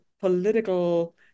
political